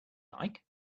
like